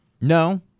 No